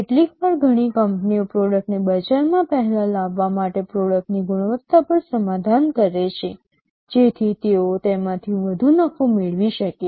કેટલીકવાર ઘણી કંપનીઓ પ્રોડક્ટને બજારમાં પહેલાં લાવવા માટે પ્રોડક્ટની ગુણવત્તા પર સમાધાન કરે છે જેથી તેઓ તેમાંથી વધુ નફો મેળવી શકે